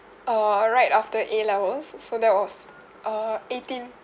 err right after a levels s~ so that was err eighteen